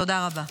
תודה רבה.